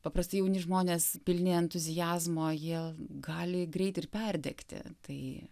paprastai jauni žmonės pilni entuziazmo jie gali greit ir perdegti tai